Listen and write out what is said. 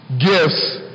gifts